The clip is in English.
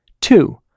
Two